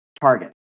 Target